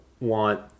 want